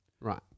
Right